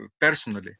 personally